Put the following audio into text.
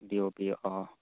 B O P অঁ